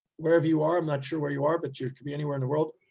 wherever you are, i'm not sure where you are, but you can be anywhere in the world,